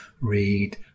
read